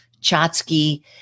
chotsky